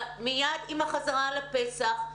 מיד עם החזרה מפסח,